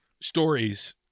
stories